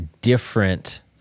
different